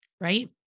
right